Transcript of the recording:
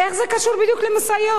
איך זה קשור בדיוק למשאיות?